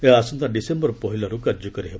ଏହା ଆସନ୍ତା ଡିସେମ୍ବର ପହିଲାରୁ କାର୍ଯ୍ୟକାରୀ ହେବ